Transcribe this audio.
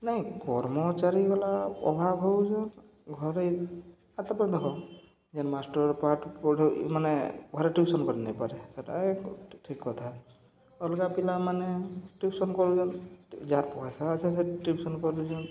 ନାଇଁ କର୍ମଚାରୀ ଗଲା ଅଭାବ୍ ହଉଚନ୍ ଘରେ ଆର୍ ତାପରେ ଦେଖ ଯେନ୍ ମାଷ୍ଟର୍ ପାଠ ପଢ଼େଇ ମାନେ ଘରେ ଟିଉସନ୍ କରି ନେଇପାରେ ସେଟା ଠିକ୍ କଥା ଅଲ୍ଗା ପିଲାମାନେ ଟିଉସନ୍ କରୁଚନ୍ ଯାହାର୍ ପଏସା ସେ ଟିଉସନ୍ କରୁଚନ୍